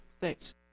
Thanks